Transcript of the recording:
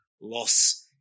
loss